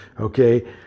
okay